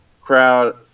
crowd